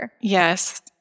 Yes